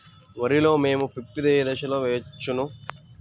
వరిలో మోము పిప్పి ఏ దశలో వచ్చును?